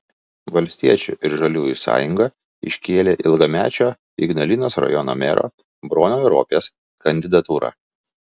valstiečių ir žaliųjų sąjunga iškėlė ilgamečio ignalinos rajono mero bronio ropės kandidatūrą